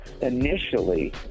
initially